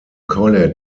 college